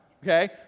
okay